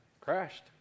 Crashed